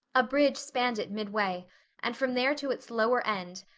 a bridge spanned it midway and from there to its lower end,